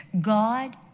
God